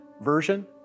version